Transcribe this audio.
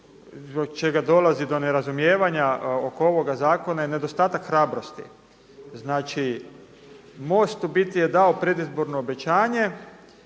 čega dolazi do nerazumijevanja oko ovoga zakona je nedostatak hrabrosti. Znači MOST je u biti dao predizborno obećanje,